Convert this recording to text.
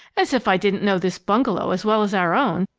as if i didn't know this bungalow as well as our own,